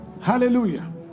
hallelujah